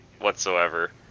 whatsoever